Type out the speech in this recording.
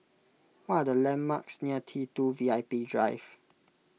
what are the landmarks near T two V I P Drive